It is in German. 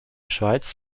schweiz